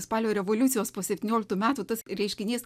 spalio revoliucijos po septynioliktų metų tas reiškinys